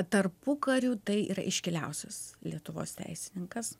tarpukariu tai yra iškiliausias lietuvos teisininkas